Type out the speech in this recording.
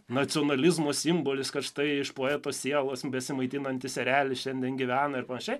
nacionalizmo simbolis kad štai iš poeto sielos besimaitinantis erelis šiandien gyvena ir panašiai